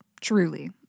Truly